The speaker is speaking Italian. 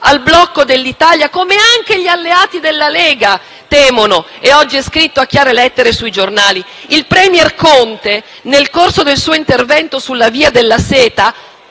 al blocco dell'Italia, come anche gli alleati della Lega temono. Oggi è scritto a chiare lettere sui giornali; il *premier* Conte nel corso del suo intervento sulla cosiddetta Via